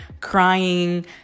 crying